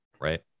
Right